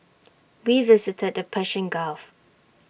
we visited the Persian gulf